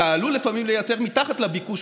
אתה עלול לפעמים לייצר מתחת לביקוש,